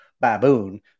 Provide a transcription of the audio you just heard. baboon